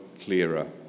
clearer